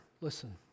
listen